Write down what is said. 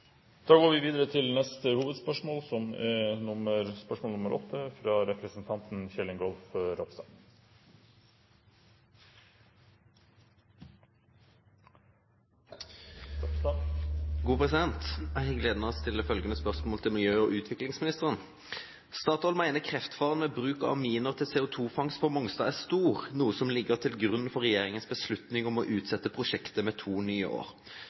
Jeg har gleden av å stille følgende spørsmål til miljø- og utviklingsministeren: «Statoil mener kreftfaren ved bruk av aminer til CO2-fangst på Mongstad er stor, noe som ligger til grunn for regjeringens beslutning om å utsette prosjektet med to nye år.